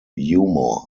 humour